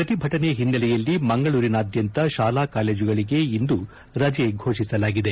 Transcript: ಪ್ರತಿಭಟನೆ ಹಿನ್ನೆಲೆಯಲ್ಲಿ ಮಂಗಳೂರಿನಾದ್ಯಂತ ಶಾಲಾ ಕಾಲೇಜುಗಳಿಗೆ ಇಂದು ರಜೆ ಫೊಷಿಸಲಾಗಿದೆ